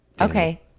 Okay